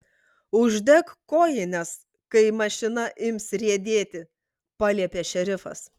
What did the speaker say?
uždek kojines kai mašina ims riedėti paliepė šerifas